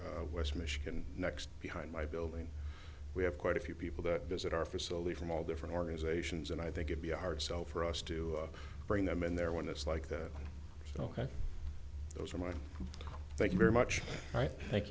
what west michigan next behind my building we have quite a few people that visit our facility from all different organizations and i think it be a hard sell for us to bring them in there when it's like that ok those are mine thank you very much right thank